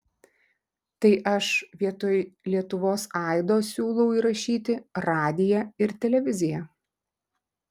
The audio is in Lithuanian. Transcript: tai aš vietoj lietuvos aido siūlau įrašyti radiją ir televiziją